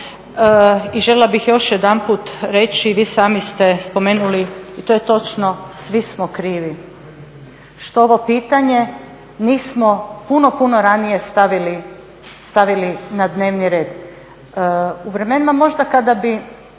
i željela bih još jedanput reći i vi sami ste spomenuli i to je točno, svi smo krivi što ovo pitanje nismo puno, puno ranije stavili na dnevni red. U vremenima možda kada bi